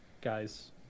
guys